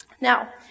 Now